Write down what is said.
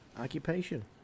occupation